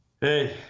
hey